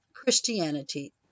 Christianity